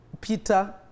Peter